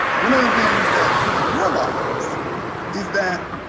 one of the things that we realize is that